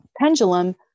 pendulum